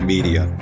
Media